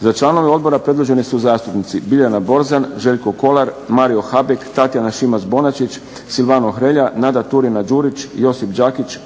Za članove odbora predloženi su zastupnici Biljana Borzan, Željko Kolar, Mario Habek, Tatjana ŠImac-Bonačić, Silvano Hrelja, Nada Turina-Đurić, Josip Đakić,